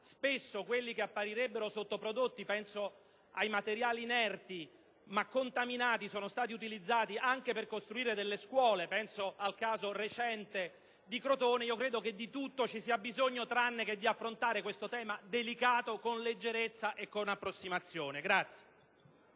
si sa - quelli che apparirebbero sottoprodotti (penso ai materiali inerti, ma contaminati) sono stati utilizzati anche per costruire delle scuole (mi riferisco al caso recente di Crotone), penso che di tutto ci sia bisogno tranne che di affrontare questo tema delicato con leggerezza ed approssimazione.